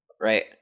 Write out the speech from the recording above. Right